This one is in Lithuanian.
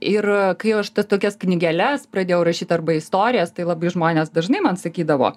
ir kai aš tokias knygeles pradėjau rašyt arba istorijas tai labai žmonės dažnai man sakydavo